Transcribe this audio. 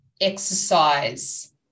exercise